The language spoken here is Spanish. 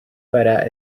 para